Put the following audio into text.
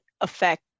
affect